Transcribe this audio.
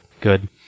good